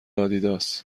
آدیداس